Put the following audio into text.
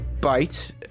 bite